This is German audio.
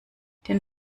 den